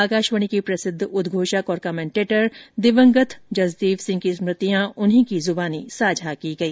आकाशवाणी के प्रसिद्ध उद्घोषक और कंमेटटेटर दिवंगत जसदेव सिंह की स्मृतियां उन्हीं की जुबानी साझा की गई